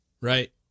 Right